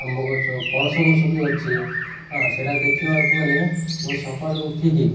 ଆମ୍ବ ଗଛ ପଣସ ଗଛ ବି ଅଛି ହଁ ସେଇଟା ଦେଖିବାକୁ ଗଲେ ମୁଁ ସକାଳୁ ଉଠିକି